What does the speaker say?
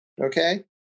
okay